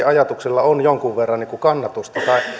ajatukseen on jonkun verran kannatusta